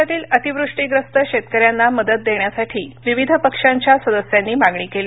राज्यातील अतिवृष्टीग्रस्त शेतकऱ्यांना मदत देण्यासाठी विविध पक्षांच्या सदस्यांनी मागणी केली